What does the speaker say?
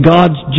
God's